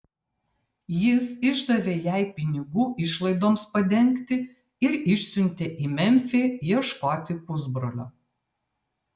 jis išdavė jai pinigų išlaidoms padengti ir išsiuntė į memfį ieškoti pusbrolio